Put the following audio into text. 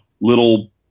little